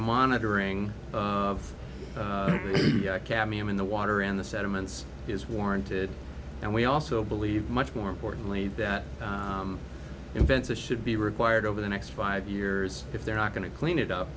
monitoring of cadmium in the water in the settlements is warranted and we also believe much more importantly that invents a should be required over the next five years if they're not going to clean it up